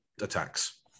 attacks